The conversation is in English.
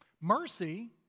Mercy